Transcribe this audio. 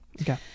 Okay